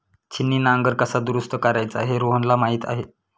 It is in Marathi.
छिन्नी नांगर कसा दुरुस्त करायचा हे रोहनला माहीत आहे